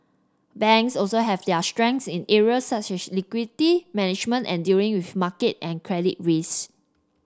banks also have their strengths in areas such as liquidity management and dealing with market and credit risk